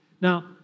Now